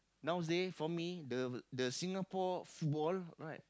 nowadays for me the the Singapore football right